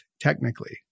technically